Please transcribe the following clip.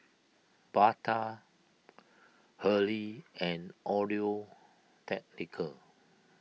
Bata Hurley and Audio Technica